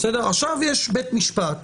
עכשיו יש בית משפט,